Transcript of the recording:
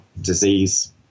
disease